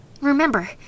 Remember